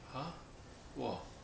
!huh! !wah!